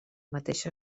mateixa